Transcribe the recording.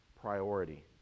priority